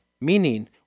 meaning